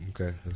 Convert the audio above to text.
Okay